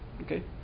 Okay